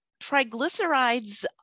Triglycerides